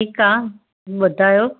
ठीक आ ॿुधायो